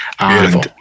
Beautiful